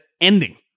ending